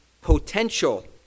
potential